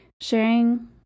sharing